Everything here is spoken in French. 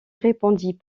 répondit